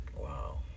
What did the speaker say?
Wow